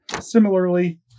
Similarly